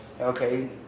Okay